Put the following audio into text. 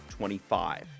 25